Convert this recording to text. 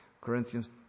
Corinthians